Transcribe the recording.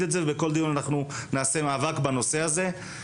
את זה ובכל דיון אנחנו נעשה מאבק בנושא הזה.